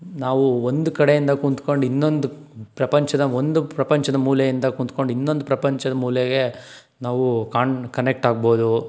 ನಾವು ಒಂದು ಕಡೆಯಿಂದ ಕೂತ್ಕೊಂಡು ಇನ್ನೊಂದು ಪ್ರಪಂಚದ ಒಂದು ಪ್ರಪಂಚದ ಮೂಲೆಯಿಂದ ಕೂತ್ಕೊಂಡು ಇನ್ನೊಂದು ಪ್ರಪಂಚದ ಮೂಲೆಗೆ ನಾವು ಕಾಣ್ ಕನೆಕ್ಟ್ ಆಗ್ಬೋದು